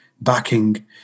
backing